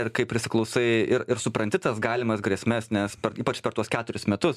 ir kai prisiklausai ir supranti tas galimas grėsmes nes ypač per tuos keturis metus